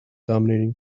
dominating